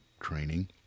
training